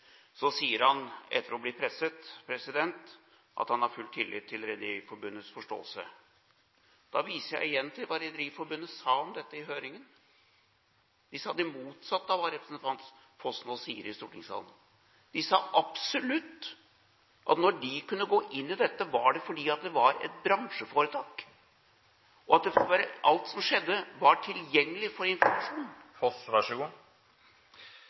Så sier han, etter å ha blitt presset, at han har full tillit til Rederiforbundets forståelse. Da viser jeg igjen til hva Rederiforbundet sa om dette i høringen. De sa det motsatte av hva representanten Foss nå sier i stortingssalen. De sa absolutt at når de kunne gå inn i dette, var det fordi det var et bransjeforetak og at alt som skjedde, var tilgjengelig for